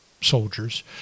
soldiers